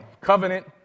Covenant